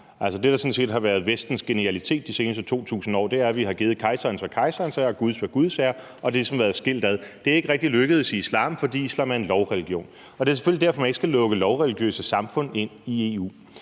set har været Vestens genialitet de seneste 2.000 år, er, at vi har givet kejseren, hvad kejserens er, og Gud, hvad Guds er, og at det har været skilt ad. Det er ikke rigtig lykkedes i islam, fordi islam er en lovreligion. Og det er selvfølgelig derfor, man ikke skal lukke lovreligiøse samfund ind i EU.